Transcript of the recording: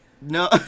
no